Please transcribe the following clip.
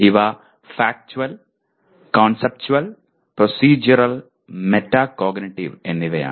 ഇവ factual conceptual procedural metacognitive എന്നിവയാണ്